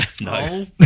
No